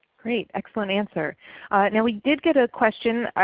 great. excellent answer. now we did get a question